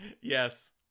yes